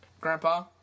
Grandpa